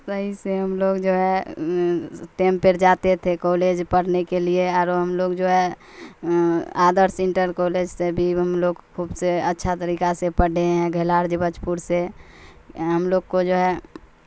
صحیح سے ہم لوگ جو ہے ٹیم پر جاتے تھے کالج پڑھنے کے لیے اور ہم لوگ جو ہے آدرش انٹر کالج سے بھی ہم لوگ خوب سے اچھا طریقہ سے پڑھے ہیں گھیلارجبج پور سے ہم لوگ کو جو ہے